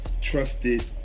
trusted